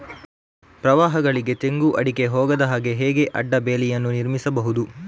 ಪ್ರವಾಹಗಳಿಗೆ ತೆಂಗು, ಅಡಿಕೆ ಹೋಗದ ಹಾಗೆ ಹೇಗೆ ಅಡ್ಡ ಬೇಲಿಯನ್ನು ನಿರ್ಮಿಸಬಹುದು?